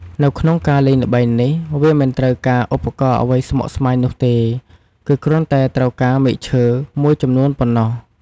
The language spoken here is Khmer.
នៅក្នុងការលេងល្បែងនេះ វាមិនត្រូវការឧបករណ៍អ្វីស្មុគស្មាញនោះទេ គឺគ្រាន់តែត្រូវការ មែកឈើ មួយចំនួនប៉ុណ្ណោះ។